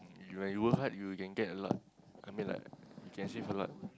when you work hard you can get a lot I mean like you can achieve a lot